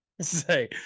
say